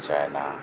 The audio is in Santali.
ᱪᱟᱭᱱᱟ